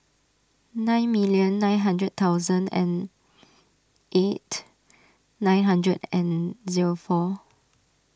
nine million nine hundred thousand and eight nine hundred and zero four